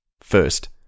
First